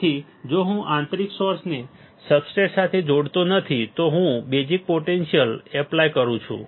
તેથી જો હું આંતરિક સોર્સને સબસ્ટ્રેટ સાથે જોડતો નથી તો હું બેઝીક પોટેન્ટિઅલ એપ્લાય કરું છું